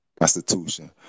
Constitution